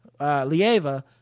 Lieva